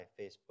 Facebook